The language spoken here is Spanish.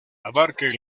abarca